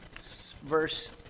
verse